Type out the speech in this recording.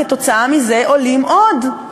כתוצאה מזה הם עולים עוד.